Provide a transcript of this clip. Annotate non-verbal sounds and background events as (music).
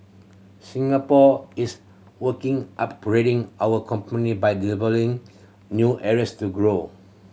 Singapore is working upgrading our (unintelligible) by developing new areas to grow